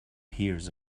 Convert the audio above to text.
hears